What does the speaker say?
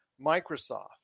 Microsoft